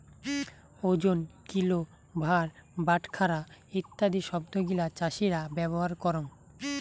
ওজন, কিলো, ভার, বাটখারা ইত্যাদি শব্দ গিলা চাষীরা ব্যবহার করঙ